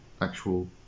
actual